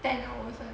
ten hours [one]